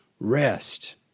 rest